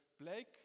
Blake